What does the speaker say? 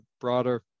broader